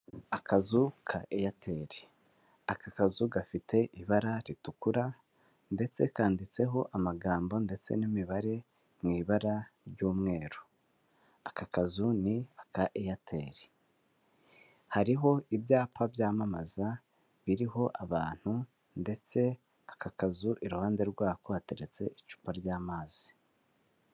Akazu ka aitel, aka kazu gafite ibara ritukura ndetse kanditseho amagambo ndetse n'imibare mu ibara ry'umweru, aka kazu ni aka airtel, hariho ibyapa byamamaza biriho abantu ndetse aka kazu iruhande rwako hateretse icupa ry'amazi.